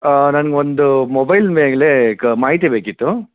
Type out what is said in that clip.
ನನಗೊಂದು ಮೊಬೈಲ್ ಮೇಲೇ ಗ ಮಾಹಿತಿ ಬೇಕಿತ್ತು